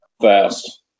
fast